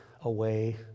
away